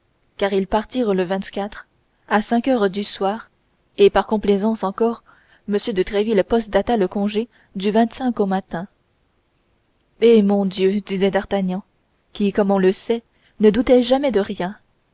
car ils partirent le à cinq heures du soir et par complaisance encore m de tréville postdata le congé du au matin eh mon dieu disait d'artagnan qui comme on le sait ne doutait jamais de rien